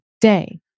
day